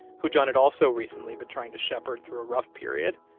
who john had also recently been trying to shepherd through a rough period.